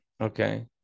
okay